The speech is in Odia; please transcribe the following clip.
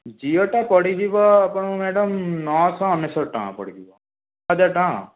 ଜିଓଟା ପଡ଼ିଯିବ ଆପଣଙ୍କୁ ମ୍ୟାଡ଼ାମ ନଅଶହ ଅନେଶତ ଟଙ୍କା ପଡ଼ିଯିବ ହଜାରେ ଟଙ୍କା